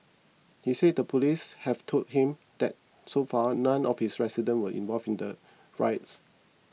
he said the police have told him that so far none of his resident were involved in the riots